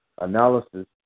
analysis